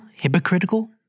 hypocritical